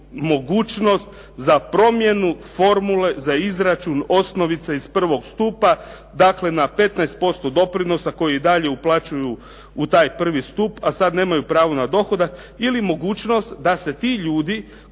mogućnost za promjenu formule za izračun osnovice iz prvog stupa, dakle na 15% doprinosa koji i dalje uplaćuju u taj prvi stup a sad nemaju pravo na dohodak ili mogućnost da se ti ljudi